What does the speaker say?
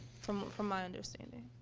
from from my understanding?